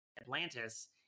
Atlantis